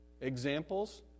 examples